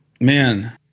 man